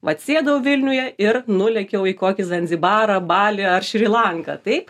vat sėdau vilniuje ir nulėkiau į kokį zanzibarą balį ar šri lanką taip